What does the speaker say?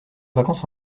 vacances